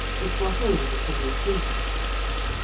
that were hung between the trees.